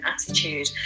attitude